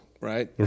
right